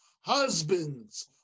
Husbands